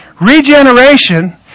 Regeneration